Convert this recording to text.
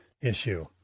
issue